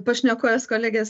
pašnekovės kolegės